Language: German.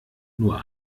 nur